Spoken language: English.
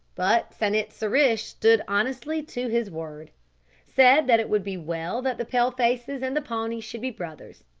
but san-it-sa-rish stood honestly to his word said that it would be well that the pale-faces and the pawnees should be brothers,